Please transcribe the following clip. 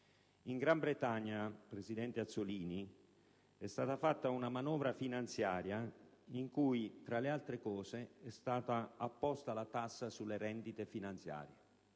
In Gran Bretagna, presidente Azzollini, è stata approvata una manovra finanziaria in cui, tra l'altro, è stata introdotta la tassa sulle rendite finanziarie: